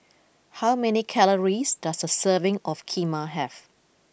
how many calories does a serving of Kheema have